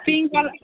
pink color